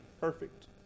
perfect